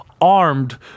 armed